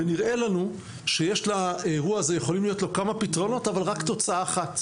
ונראה לנו שלאירוע הזה יכולים להיות כמה פתרונות אבל רק תוצאה אחת